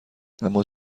اِما